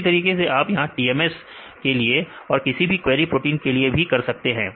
इसी तरीके से आप यहां TMS के लिए और किसी भी क्वेरी प्रोटीन के लिए भी कर सकते हैं